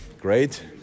Great